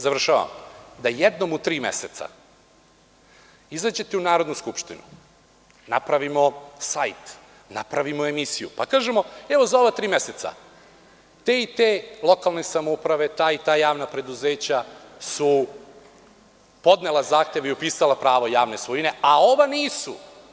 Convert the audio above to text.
završavam, da jednom u tri meseca izađete u Narodnu skupštinu, napravimo sajt, napravimo emisiju, pa kažemo – evo, za ova tri meseca te i te lokalne samouprave, ta i ta javna preduzeća su podnela zahtev i upisala pravo javne svojine, a ova nisu.